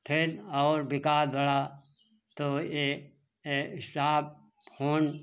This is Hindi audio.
फिर और विकास बढ़ा तो ये ये स्टाम्प फोन